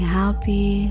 happy